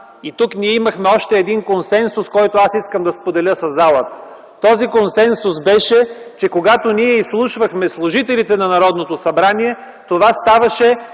и тук ние имахме още един консенсус, който аз искам да споделя със залата. Този консенсус беше, че когато ние изслушвахме служителите на Народното събрание, това ставаше